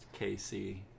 kc